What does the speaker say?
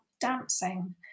dancing